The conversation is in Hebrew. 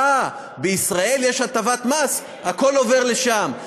אהה, בישראל יש הטבת מס, הכול עובר לשם.